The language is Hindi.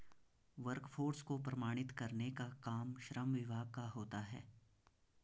वर्कफोर्स को प्रमाणित करने का काम श्रम विभाग का होता है